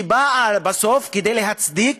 שבאה בסוף כדי להצדיק,